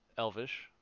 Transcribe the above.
Elvish